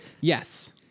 yes